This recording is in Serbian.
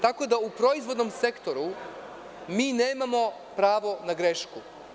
Tako da u proizvodnom sektoru mi nemamo pravo na grešku.